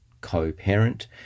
co-parent